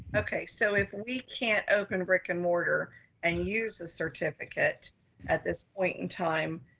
okay. so if we can't open a brick and mortar and use the certificate at this point in time,